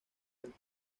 del